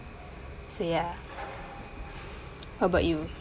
so ya how about you